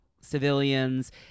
civilians